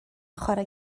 chwarae